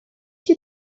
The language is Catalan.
qui